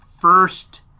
first